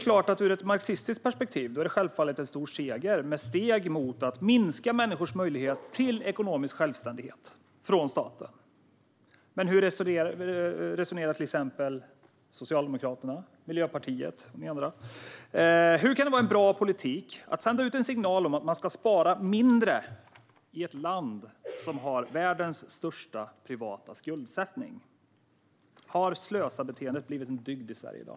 Ur ett marxistiskt perspektiv är det självfallet en stor seger med steg mot att minska människors möjligheter till ekonomisk självständighet från staten. Men hur resonerar Socialdemokraterna, Miljöpartiet och ni andra? Hur kan det vara bra politik att sända ut en signal om att man ska spara mindre i ett land som har världens största privata skuldsättning? Har Slösabeteendet blivit en dygd i Sverige i dag?